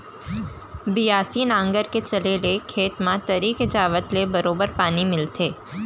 बियासी नांगर के चले ले खेत म तरी के जावत ले बरोबर पानी मिलथे